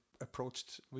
approached